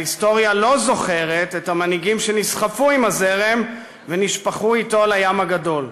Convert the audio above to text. ההיסטוריה לא זוכרת את המנהיגים שנסחפו עם הזרם ונשפכו עמו לים הגדול.